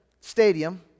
stadium